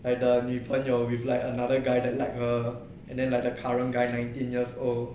like the 女朋友 with like another guy that like her and then like the current guy nineteen years old